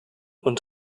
und